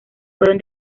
fueron